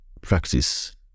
practice